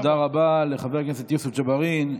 תודה רבה לחבר הכנסת יוסף ג'בארין.